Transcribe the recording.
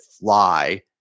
fly